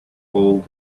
old